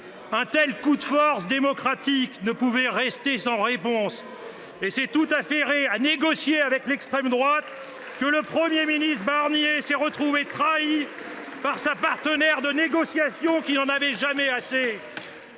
Un tel coup de force démocratique ne pouvait pas rester sans réponse. C’est tout affairé à négocier avec l’extrême droite que le Premier ministre Barnier s’est retrouvé trahi par sa partenaire de négociations qui n’en avait jamais assez.